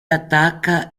attacca